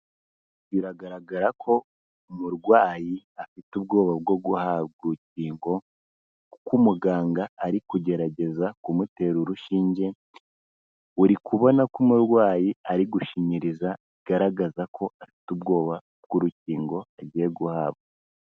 Biragaragara ko umurwayi afite ubwoba bwo guhabwa urukingo, kuko umuganga ari kugerageza kumutera urushinge, uri kubona ko umurwayi ari gushinyiriza, bigaragaza ko afite ubwoba bw'urukingo agiye guhabwa.